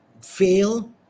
fail